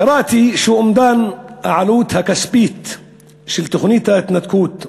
קראתי שאומדן העלות הכספית של תוכנית ההתנתקות,